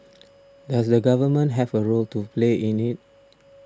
does the government have a role to play in it